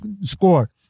score